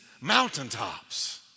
mountaintops